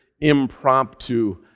impromptu